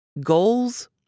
Goals